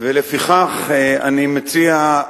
ולפיכך אני מציע,